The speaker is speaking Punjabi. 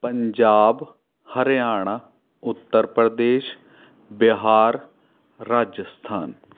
ਪੰਜਾਬ ਹਰਿਆਣਾ ਉੱਤਰ ਪ੍ਰਦੇਸ਼ ਬਿਹਾਰ ਰਾਜਸਥਾਨ